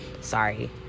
sorry